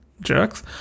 jerks